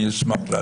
אני אשמח להגיע.